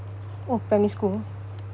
oh primary school